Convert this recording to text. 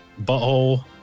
butthole